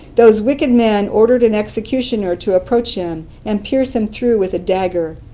those wicked men ordered an executioner to approach him and pierce him through with a dagger.